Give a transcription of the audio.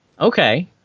Okay